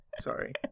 Sorry